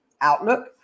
outlook